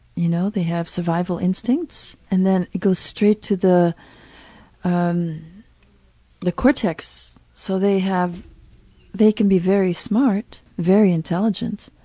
you know, they have survival instincts, and then it goes straight to the um the cortex, so they have they can be very smart, very intelligent,